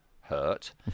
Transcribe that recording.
hurt